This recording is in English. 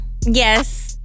Yes